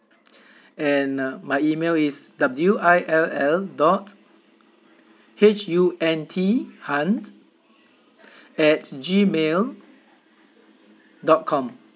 and uh my email is W I L L dot H U N T hunt at gmail dot com